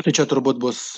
tai čia turbūt bus